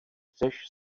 chceš